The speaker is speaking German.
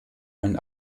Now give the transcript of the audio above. einen